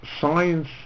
Science